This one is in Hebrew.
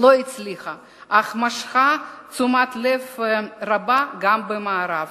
לא הצליחה, אך משכה תשומת לב רבה גם במערב.